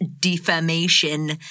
defamation